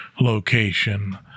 location